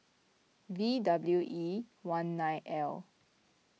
V W E one nine L